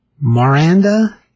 Miranda